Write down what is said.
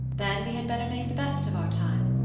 then we had better make the best of our time.